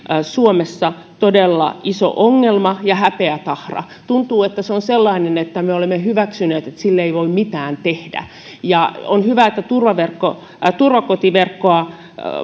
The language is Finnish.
suomessa todella iso ongelma ja häpeätahra tuntuu että se on sellainen että me olemme hyväksyneet että sille ei voi mitään tehdä on hyvä että turvakotiverkon